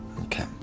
Okay